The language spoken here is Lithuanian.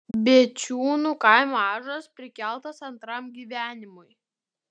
bėčiūnų kaimo ąžuolas prikeltas antram gyvenimui